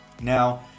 Now